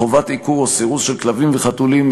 חובת עיקור או סירוס של כלבים וחתולים),